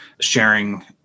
sharing